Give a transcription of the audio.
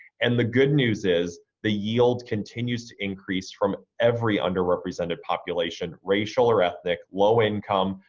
and the good news is the yield continues to increase from every underrepresented population, racial or ethnic, low income,